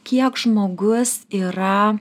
kiek žmogus yra